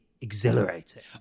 exhilarating